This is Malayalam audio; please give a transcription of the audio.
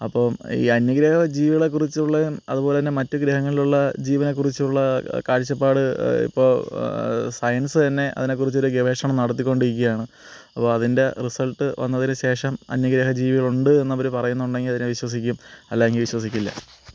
അപ്പോൾ ഈ അന്യഗ്രഹ ജീവികളെക്കുറിച്ചുള്ളതും അതുപോലെ തന്നെ മറ്റ് ഗ്രഹങ്ങളിലുള്ള ജീവനെക്കുറിച്ചുള്ള കാഴ്ചപ്പാട് ഇപ്പോൾ സയൻസ് എന്ന അതിനെക്കുറിച്ചൊര് ഗവേഷണം നടത്തിക്കൊണ്ടിരിക്കുകയാണ് അപ്പോൾ അതിന്റെ റിസൾട്ട് വന്നതിന് ശേഷം അന്യഗ്രഹ ജീവികളുണ്ട് എന്നവര് പറയുന്നുണ്ടെങ്കിൽ അതില് വിശ്വസിക്കും അല്ലെങ്കിൽ വിശ്വസിക്കില്ല